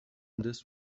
this